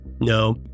No